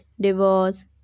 divorce